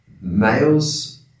males